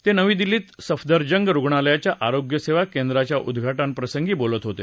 ते नवी दिल्लीत सफदरजंग रुग्णालयाच्या आरोग्यसेवा केंद्राच्या उद्घाटन प्रसंगी बोलत होते